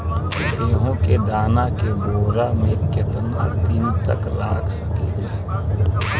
गेहूं के दाना के बोरा में केतना दिन तक रख सकिले?